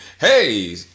hey